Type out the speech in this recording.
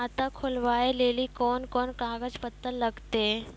खाता खोलबाबय लेली कोंन कोंन कागज पत्तर लगतै?